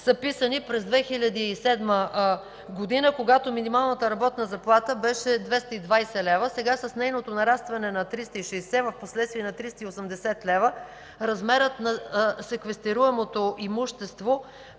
са писани през 2007 г., когато минималната работна заплата беше 220 лв. С нейното нарастване сега на 360 лв., а впоследствие на 380 лв., размерът на секвестируемото имущество